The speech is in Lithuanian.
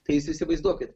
tai jūs įsivaizduokit